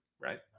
right